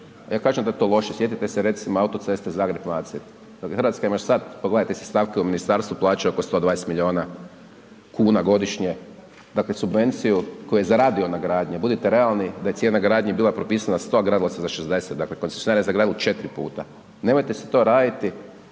ja kažem da je to loše, sjetite se recimo autoceste Zagreb-Macelj, RH ima još sad, pogledajte si stavke u ministarstvu plaće oko 120 milijuna kuna godišnje, dakle, subvenciju koju je zaradio na gradnji, budite realni da je cijena gradnje bila propisana 100, a gradilo se za 60, dakle,…/Govornik se ne razumije/…četiri puta, nemojte si to raditi